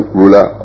ruler